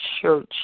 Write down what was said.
church